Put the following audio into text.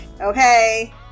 okay